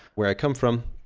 where i come from,